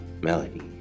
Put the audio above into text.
Melody